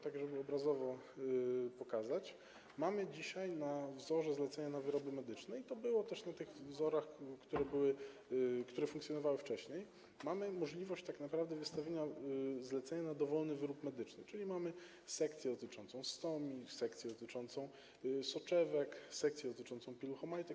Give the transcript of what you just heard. Tak żeby obrazowo to pokazać, to mamy dzisiaj na wzorze zlecenia na wyroby medyczne - i było też tak na tych wzorach, które były, które funkcjonowały wcześniej - możliwość tak naprawdę wystawienia zlecenia na dowolny wyrób medyczny, czyli mamy sekcję dotyczącą stomii, sekcję dotyczącą soczewek, sekcję dotyczącą pielucho-majątek.